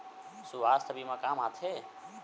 सुवास्थ बीमा का काम आ थे?